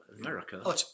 America